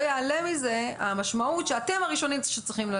יעלה מזה המשמעות שאתם הראשונים שצריכים.